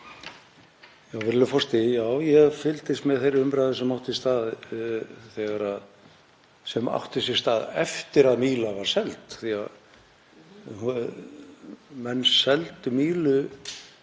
Já, ég fylgdist með þeirri umræðu sem átti sér stað eftir að Míla var seld.